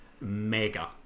mega